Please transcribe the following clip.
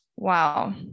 Wow